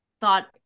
thought